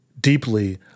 deeply